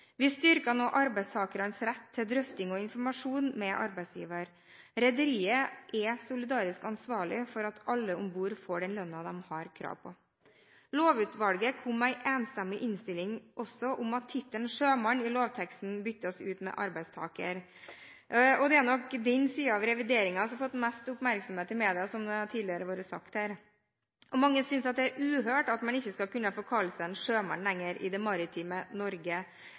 Vi styrker nå arbeidstakernes rett til drøfting med, og informasjon fra, arbeidsgiver. Rederiet er solidarisk ansvarlig for at alle om bord får den lønnen de har krav på. Lovutvalget kom med en enstemmig innstilling om at tittelen «sjømann» i lovteksten byttes ut med «arbeidstaker». Det er nok den siden av revideringen som har fått mest oppmerksomhet i media – som det tidligere har vært sagt her. Mange synes at det i det maritime Norge er uhørt at man ikke skal kunne kalle seg sjømann lenger. Nå er det